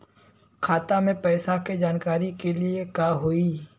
खाता मे पैसा के जानकारी के लिए का होई?